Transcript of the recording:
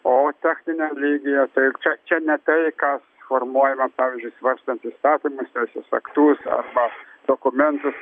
o techniniam lygyje taip čia čia ne tai ką formuojama pavyzdžiui svarstant įstatymus teisės aktus arba dokumentus